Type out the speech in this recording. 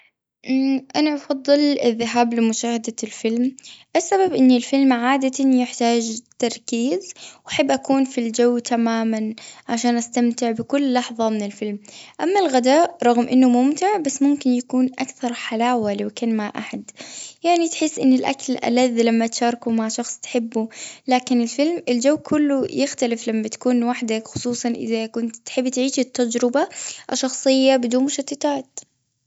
اه أنا أفضل الذهاب لمشاهدة الفيلم. السبب إن الفيلم عادة يحتاج تركيز، وأحب أكون في الجو تماماً، عشان أستمتع بكل لحظة من الفيلم. أما الغداء رغم أنه ممتع، بس ممكن يكون أكثر حلاوة، لو كان مع أحد. يعني تحس إن الأكل ألذ، لما تشاركوا مع شخص تحبه. لكن الفيلم، الجو كله يختلف لما تكون وحدك. خصوصاً، إذا كنت تحب تعيش التجربة شخصية، بدون مشتتات.